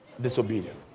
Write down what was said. Disobedience